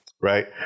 Right